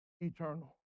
eternal